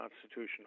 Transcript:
Constitution